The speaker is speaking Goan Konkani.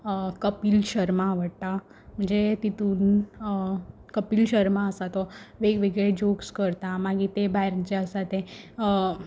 कपील शर्मा आवडटा म्हणजे तितून कपील शर्मा आसा तो वेगवेगळे जोक्स करता मागीर ते भायर जे आसा ते